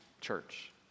church